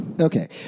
Okay